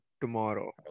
tomorrow